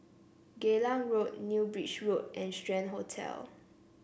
Geylang Road New Bridge Road and Strand Hotel